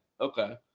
Okay